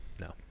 no